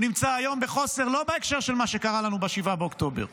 הוא נמצא היום בחוסר לא בהקשר של מה שקרה לנו ב-7 באוקטובר,